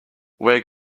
where